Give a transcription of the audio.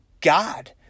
God